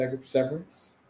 severance